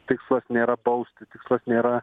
tikslas nėra bausti tikslas nėra